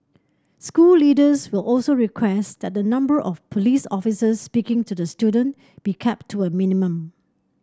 school leaders will also request that the number of police officers speaking to the student be kept to a minimum